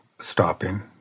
stopping